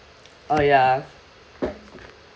oh ya